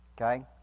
okay